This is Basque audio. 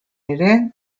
ere